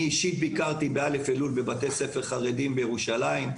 אני אישית ביקרתי ב-א' אלול בבתי ספר חרדיים בירושלים,